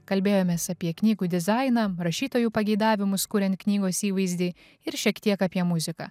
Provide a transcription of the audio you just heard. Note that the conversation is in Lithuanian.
kalbėjomės apie knygų dizainą rašytojų pageidavimus kuriant knygos įvaizdį ir šiek tiek apie muziką